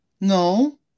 No